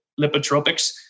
lipotropics